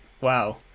Wow